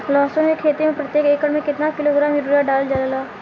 लहसुन के खेती में प्रतेक एकड़ में केतना किलोग्राम यूरिया डालल जाला?